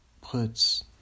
puts